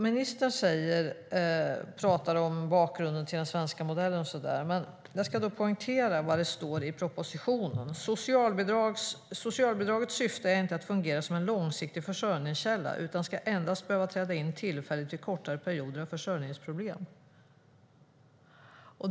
Ministern talar om bakgrunden till den svenska modellen. Jag ska dock poängtera vad det står i propositionen: "Socialbidragets syfte är inte att fungera som en långsiktig försörjningskälla utan ska endast behöva träda in tillfälligt vid kortare perioder av försörjningsproblem."